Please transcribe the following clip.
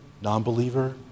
non-believer